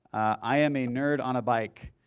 i am a nerd on a bike.